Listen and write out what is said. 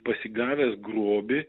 pasigavęs grobį